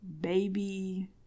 baby